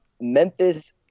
Memphis